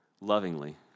Lovingly